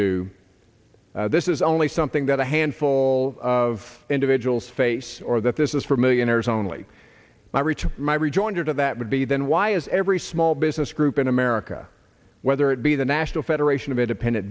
do this is only something that a handful of individuals face or that this is for millionaires only my return my rejoinder to that would be then why is every small business group in america whether it be the national federation of independent